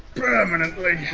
permanently.